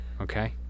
okay